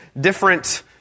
different